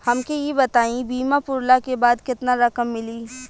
हमके ई बताईं बीमा पुरला के बाद केतना रकम मिली?